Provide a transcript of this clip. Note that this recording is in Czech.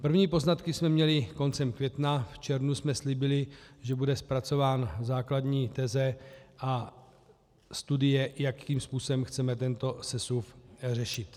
První poznatky jsme měli koncem května, v červnu jsme slíbili, že bude zpracována základní teze a studie, jakým způsobem chceme tento sesuv řešit.